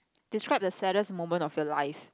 describe the saddest moment of your life